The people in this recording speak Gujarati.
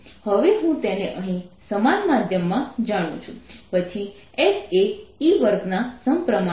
હવે હું તેને અહીં સમાન માધ્યમમાં જાણું છું પછી S એ E2ના સમપ્રમાણમાં છે